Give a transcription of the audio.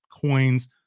coins